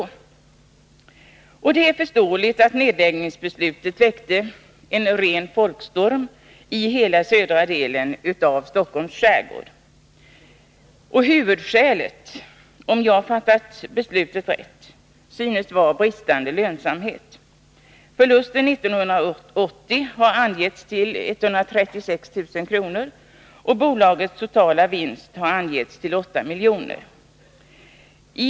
Det är förståeligt att nedläggningsbeslutet väckte en ren folkstorm i hela södra delen av Stockholms skärgård. Huvudskälet till nedläggningen synes — om jag fattat beslutet rätt — vara bristande lönsamhet. Förlusten 1980 har angetts till 136 000 kr. och bolagets totala vinst till 8 milj.kr.